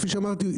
כפי שאמרתי,